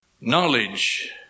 Knowledge